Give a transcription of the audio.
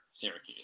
syracuse